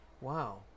Wow